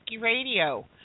Radio